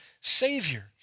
Savior